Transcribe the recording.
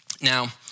Now